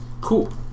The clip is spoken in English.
Cool